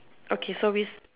okay so we